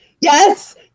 Yes